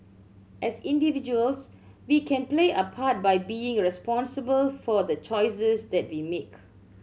as individuals we can play a part by being responsible for the choices that we make